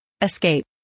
escape